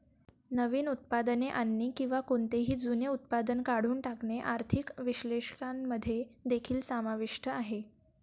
नवीन उत्पादने आणणे किंवा कोणतेही जुने उत्पादन काढून टाकणे आर्थिक विश्लेषकांमध्ये देखील समाविष्ट आहे